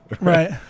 Right